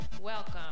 Welcome